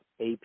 AP